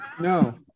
no